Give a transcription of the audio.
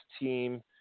team